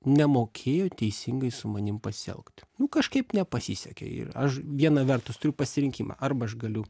nemokėjo teisingai su manim pasielgt nu kažkaip nepasisekė ir aš viena vertus turiu pasirinkimą arba aš galiu